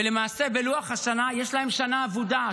ולמעשה בלוח השנה יש להם שנה אבודה,